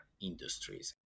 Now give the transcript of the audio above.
industries